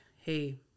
hey